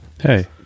hey